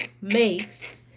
makes